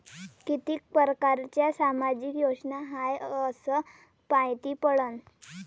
कितीक परकारच्या सामाजिक योजना हाय कस मायती पडन?